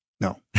No